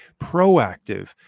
proactive